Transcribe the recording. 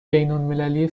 بینالمللی